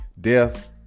Death